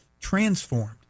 transformed